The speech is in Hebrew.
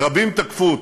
רבים תקפו אותי.